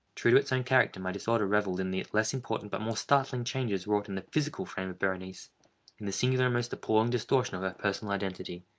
true to its own character, my disorder revelled in the less important but more startling changes wrought in the physical frame of berenice in the singular and most appalling distortion of her personal identity.